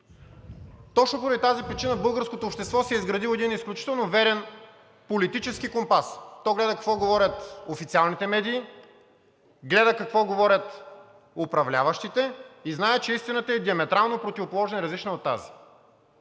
Точно поради тази причина българското общество си е изградило един изключително верен политически компас – то гледа както говорят официалните медии, гледа какво говорят управляващите и знае, че истината е диаметрално противоположна и различна от тази.